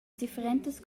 differentas